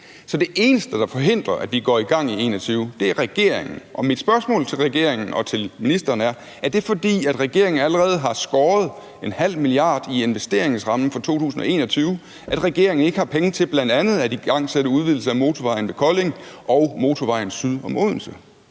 Så det eneste, der forhindrer, at vi går i gang i 2021, er regeringen, og mit spørgsmål til regeringen og til ministeren er: Er det, fordi regeringen allerede har skåret 0,5 mia. kr. i investeringsrammen for 2021, at regeringen ikke har penge til bl.a. at igangsætte udvidelsen af motorvejen ved Kolding og motorvejen syd om Odense?